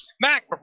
Mac